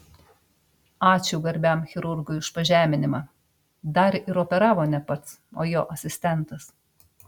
ačiū garbiam chirurgui už pažeminimą dar ir operavo ne pats o jo asistentas